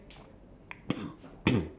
ya right right